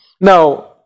Now